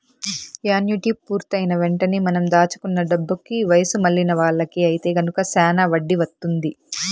annuity పూర్తయిన వెంటనే మనం దాచుకున్న డబ్బుకి వయసు మళ్ళిన వాళ్ళకి ఐతే గనక శానా వడ్డీ వత్తుంది